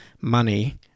money